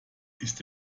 ist